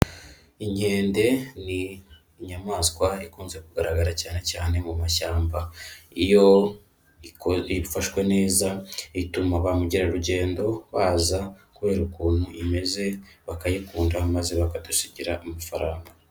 Inkende ni inyamaswa ikunze kugaragara cyane cyane mu mashyamba, iyo ifashwe neza ituma ba mukerarugendo baza kubera ukuntu imeze bakayikunda maze bakadusigira amafaranga.